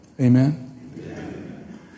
Amen